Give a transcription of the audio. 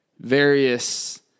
various